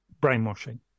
brainwashing